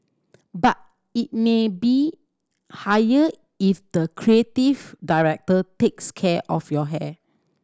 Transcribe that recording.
but it may be higher if the creative director takes care of your hair